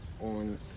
on